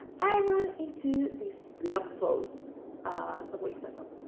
i run into this blog post some weeks ago.